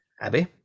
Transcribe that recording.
Abby